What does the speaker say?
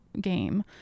game